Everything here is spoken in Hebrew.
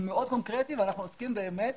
הוא מאוד קונקרטי ואנחנו עוסקים באמת